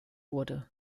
wurde